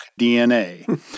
DNA